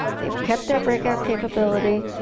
they have kept their breakout capability,